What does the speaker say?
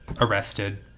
arrested